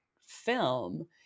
film